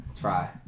Try